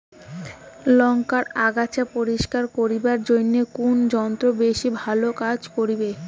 লংকার আগাছা পরিস্কার করিবার জইন্যে কুন যন্ত্র বেশি ভালো কাজ করিবে?